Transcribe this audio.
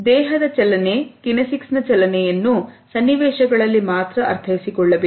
ದೇಹದ ಚಲನೆ ಕಿನೆಸಿಕ್ಸ್ ನ ಚಲನೆಯನ್ನು ಸನ್ನಿವೇಶಗಳಲ್ಲಿ ಮಾತ್ರ ಅರ್ಥೈಸಿಕೊಳ್ಳಬೇಕು